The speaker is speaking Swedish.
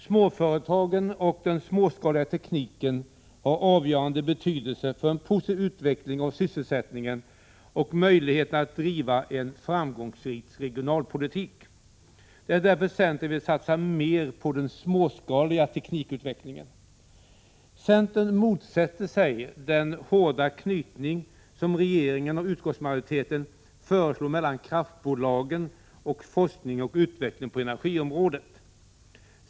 Småföretagen och den småskaliga tekniken har en avgörande betydelse för en positiv utveckling av sysselsättningen och möjligheten att driva en framgångsrik regionalpolitik. Det är därför centern vill satsa mer på den småskaliga teknikutvecklingen. Centern motsätter sig den hårda knytning som regeringen och utskottsmajoriteten föreslår mellan kraftbolagen och forskning och utveckling på energiområdet.